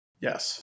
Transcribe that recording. Yes